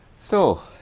so